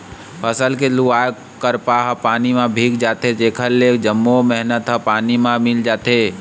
फसल के लुवाय करपा ह पानी म भींग जाथे जेखर ले जम्मो मेहनत ह पानी म मिल जाथे